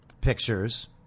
pictures